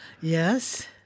Yes